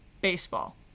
baseball